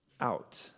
out